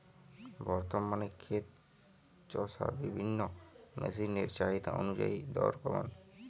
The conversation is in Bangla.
বর্তমানে ক্ষেত চষার বিভিন্ন মেশিন এর চাহিদা অনুযায়ী দর কেমন?